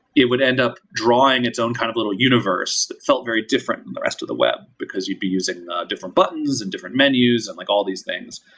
it would end up drawing its own kind of little universe. it felt very different than the rest of the web, because you'd be using different buttons and different menus and like all these things.